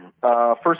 First